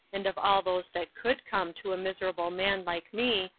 and of all those that could come to a miserable man like me,